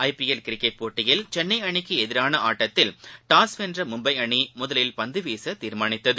IPL cricket போட்டியில் சென்னைஅணிக்குஎதிரானஆட்டத்தில் toss வெள்றமும்பைஅணிமுதலில் பந்துவீசதீர்மானித்தது